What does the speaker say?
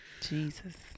Jesus